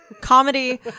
comedy